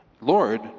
Lord